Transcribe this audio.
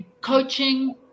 coaching